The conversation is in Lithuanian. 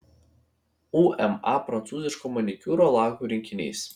uma prancūziško manikiūro lakų rinkinys